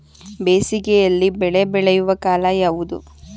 ಬೇಸಿಗೆ ಯಲ್ಲಿ ಬೆಳೆ ಬೆಳೆಯುವ ಕಾಲ ಯಾವುದು?